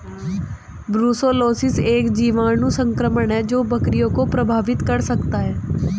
brucellosis एक जीवाणु संक्रमण है जो बकरियों को प्रभावित कर सकता है